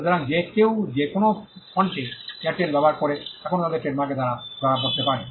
সুতরাং যে কেউ যে কোনও ফন্টে এয়ারটেল ব্যবহার করে এখনও তাদের ট্রেডমার্কের দ্বারা ধরা পড়তে পারে